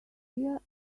here